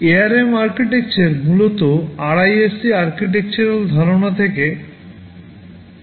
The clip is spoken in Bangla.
ARM আর্কিটেকচার মূলত আরআইএসসি আর্কিটেকচারাল ধারণা থেকে ধার করা